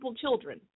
children